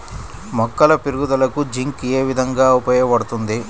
మొక్కల పెరుగుదలకు జింక్ ఏ విధముగా ఉపయోగపడుతుంది?